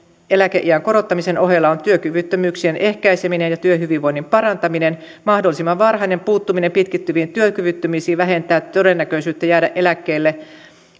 eläkeiän korottamisen ohella on työkyvyttömyyksien ehkäiseminen ja työhyvinvoinnin parantaminen mahdollisimman varhainen puuttuminen pitkittyviin työkyvyttömyyksiin vähentää todennäköisyyttä jäädä eläkkeelle